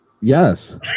Yes